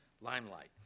limelight